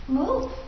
move